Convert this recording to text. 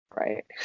Right